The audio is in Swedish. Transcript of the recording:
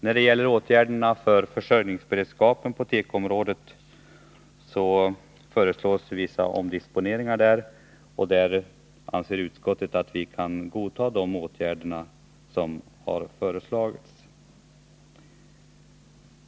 När det gäller försörjningsberedskapen på tekoområdet föreslår regeringen vissa omdisponeringar, och utskottet anser sig kunna godta de åtgärderna.